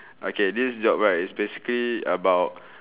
okay this job right is basically about